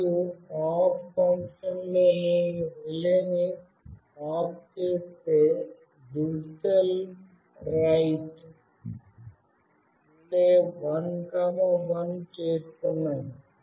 మరియు off function లో మేము రిలే ఆఫ్ చేసే డిజిటల్ రైట్ RELAY1 1 చేస్తున్నాము